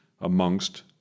amongst